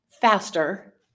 faster